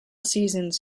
seasons